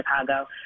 Chicago